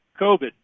COVID